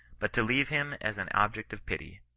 but to leave him as an object of pity,